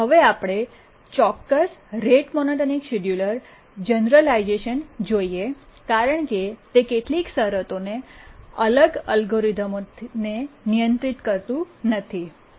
હવે આપણે ચોક્કસ રેટ મોનોટોનિક શિડ્યુલર જનરલાઇઝેશન જોઈએ કારણ કે તે કેટલીક શરતોને સરળ અલ્ગોરિધમનોને નિયંત્રિત કરતું નથી કે જે આપણે જોયું હતું